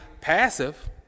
passive